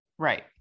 Right